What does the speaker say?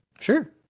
Sure